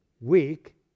weak